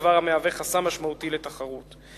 דבר המהווה חסם משמעותי לתחרות.